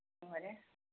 ꯅꯨꯡꯉꯥꯏꯔꯦ